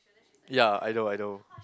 ya I know I know